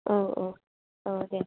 औ औ औ दे